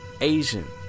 asian